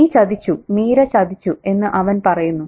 നീ ചതിച്ചു മീര ചതിച്ചു എന്ന് അവൻ പറയുന്നു